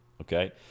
okay